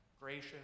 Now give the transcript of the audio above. gracious